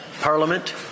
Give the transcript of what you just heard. Parliament